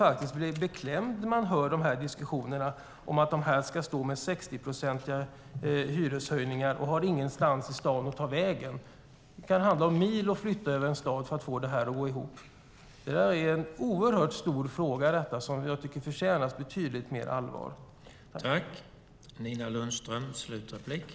Jag blir beklämd när jag hör diskussioner om att de ska få 60-procentiga hyreshöjningar och inte har någonstans i stan att ta vägen. Man kan behöva flytta mil för att få det att gå ihop. Detta är en stor fråga som förtjänar att tas på betydligt större allvar.